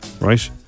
right